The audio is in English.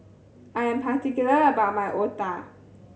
I am particular about my Otah